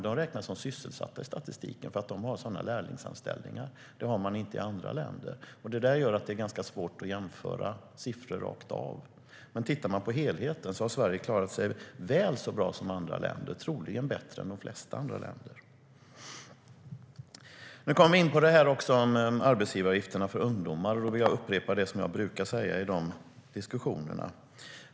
De räknas som sysselsatta i statistiken, för de har lärlingsanställningar. Det har man inte i andra länder. Detta gör att det är ganska svårt att jämföra siffror rakt av. Ser man till helheten har Sverige klarat sig väl så bra som andra länder, troligen bättre än de flesta. Nu kom vi in på detta med arbetsgivaravgifterna för ungdomar. Då vill jag upprepa vad jag brukar säga i de diskussionerna.